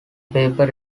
paper